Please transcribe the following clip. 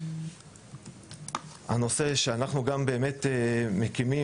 הנושא שאנחנו מקדמים,